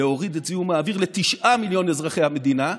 להוריד את זיהום האוויר ל-9 מיליון אזרחי המדינה,